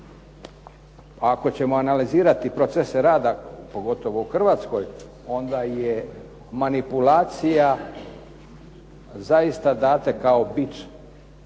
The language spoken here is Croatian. ako ćemo analizirati procese rada pogotovo u Hrvatskoj onda je manipulacija zaista data kao bič